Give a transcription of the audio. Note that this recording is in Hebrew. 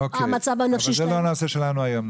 והמצב הנפשי של אנשים --- זהו לא הנושא שלנו היום.